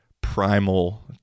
primal